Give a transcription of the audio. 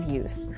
use